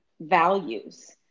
values